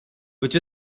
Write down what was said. which